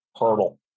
hurdle